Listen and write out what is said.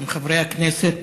עם חברי הכנסת.